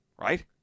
right